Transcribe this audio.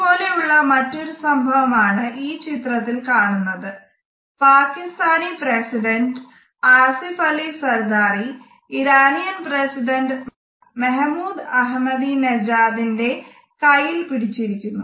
ഇതുപോലെ ഉള്ള മറ്റൊരു സംഭവം ആണ് ഈ ചിത്രത്തിൽ കാണുന്നത് പാകിസ്താനി പ്രസിഡന്റ് ആസിഫ് അലി സർദാരി കൈയിൽ പിടിച്ചിരിക്കുന്നു